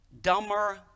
Dumber